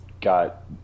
got